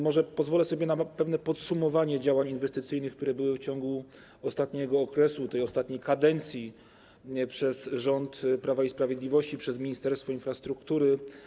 Może pozwolę sobie nawet na pewne podsumowanie działań inwestycyjnych, które były realizowane w ciągu ostatniego okresu, tej ostatniej kadencji przez rząd Prawa i Sprawiedliwości, przez Ministerstwo Infrastruktury.